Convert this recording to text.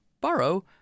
Borrow